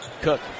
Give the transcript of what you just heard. Cook